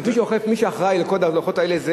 מי שאחראי לכל הדוחות האלה זה